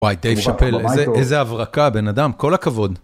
וואי, דייב שאפל, איזה הברקה, בן אדם, כל הכבוד.